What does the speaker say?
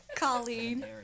Colleen